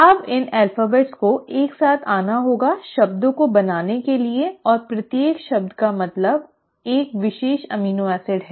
अब इन अक्षरों को एक साथ आना होगा शब्दों को बनाने के लिए और प्रत्येक शब्द का मतलब एक विशेष एमिनो एसिड है